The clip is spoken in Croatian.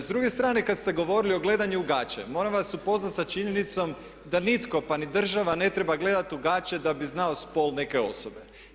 S druge strane kad ste govorili o gledanju u gaće moram vas upoznati sa činjenicom da nitko pa ni država ne treba gledati u gaće da bi znao spol neke osobe.